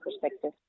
perspective